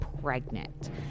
pregnant